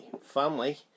family